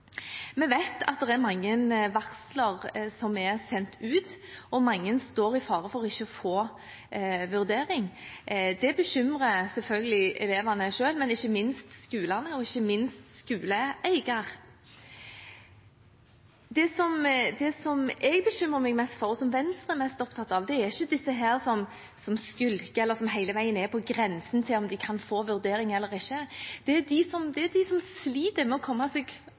vi heller ikke kan stikke under stol. Vi vet at det er sendt ut mange varsler, og at mange står i fare for ikke å få vurdering. Det bekymrer selvfølgelig elevene selv, men ikke minst skolene og skoleeier. Det jeg bekymrer meg mest for, og som Venstre er mest opptatt av, er – ikke disse som skulker, eller som hele tiden er på grensen til om de kan få vurdering eller ikke – de som sliter med å komme seg